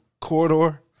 corridor